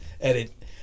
edit